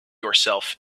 yourself